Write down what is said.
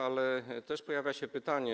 Ale pojawia się pytanie.